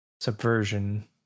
subversion